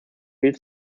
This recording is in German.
viel